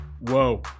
Whoa